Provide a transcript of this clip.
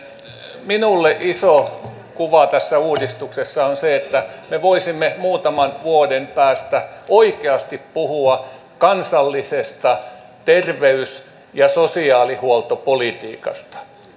minulle iso kuva tässä uudistuksessa on se että me voisimme muutaman vuoden päästä oikeasti puhua kansallisesta terveys ja sosiaalihuoltopolitiikasta